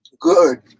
Good